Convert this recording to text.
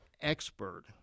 expert